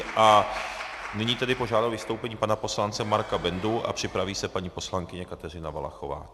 A nyní požádám o vystoupení pana poslance Marka Bendu a připraví se paní poslankyně Kateřina Valachová.